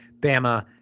Bama